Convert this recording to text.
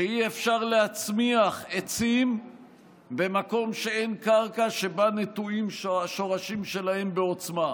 שאי-אפשר להצמיח עצים במקום שאין קרקע שבה נטועים השורשים שלהם בעוצמה.